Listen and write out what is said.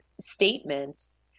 statements